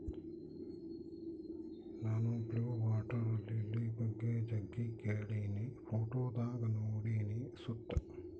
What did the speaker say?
ನಾನು blue water lily ಬಗ್ಗೆ ಜಗ್ಗಿ ಕೇಳಿನಿ, ಫೋಟೋದಾಗ ನೋಡಿನಿ ಸುತ